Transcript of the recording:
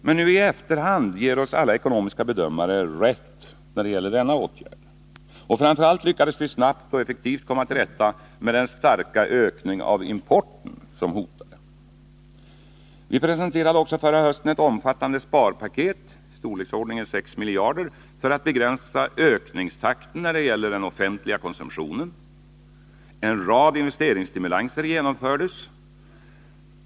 Men i efterhand ger oss nu alla ekonomiska bedömare rätt när det gäller denna åtgärd. Framför allt lyckades vi snabbt och effektivt komma till rätta med den starka ökning av importen som hotade. Vi presenterade också förra hösten ett omfattande sparpaket i storleksordningen 6 miljarder för att begränsa ökningstakten när det gäller den offentliga konsumtionen. En rad investeringsstimulanser genomfördes.